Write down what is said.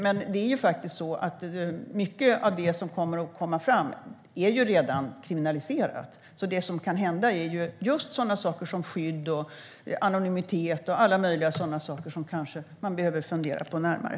Men mycket av det som kommer att komma fram är redan kriminaliserat. Det som kan tillkomma är just sådant som skydd, anonymitet och alla möjliga sådana saker som man kanske behöver fundera på närmare.